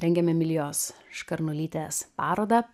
rengiame emilijos škarnulytės parodą